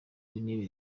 w’intebe